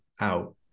out